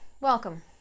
Welcome